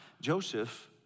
Joseph